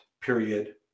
period